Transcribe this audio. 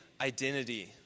identity